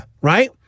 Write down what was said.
right